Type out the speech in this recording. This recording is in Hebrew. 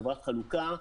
חברת חלוקה,